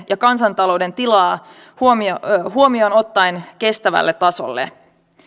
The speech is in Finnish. ja kansantalouden tila huomioon huomioon ottaen kestävälle tasolle